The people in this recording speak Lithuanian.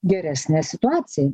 geresnė situacija